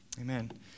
Amen